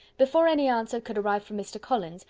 before any answer could arrive from mr. collins,